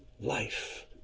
life